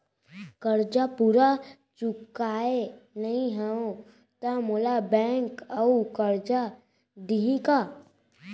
करजा पूरा चुकोय नई हव त मोला बैंक अऊ करजा दिही का?